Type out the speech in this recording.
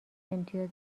امتیاز